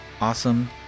awesome